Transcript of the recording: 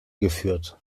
geführt